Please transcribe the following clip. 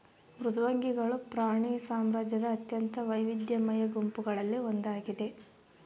ಮೃದ್ವಂಗಿಗಳು ಪ್ರಾಣಿ ಸಾಮ್ರಾಜ್ಯದ ಅತ್ಯಂತ ವೈವಿಧ್ಯಮಯ ಗುಂಪುಗಳಲ್ಲಿ ಒಂದಾಗಿದ